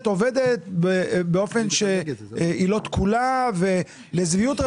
עובדת באופן שהיא לא תקולה ולשביעות רצון.